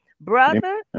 brother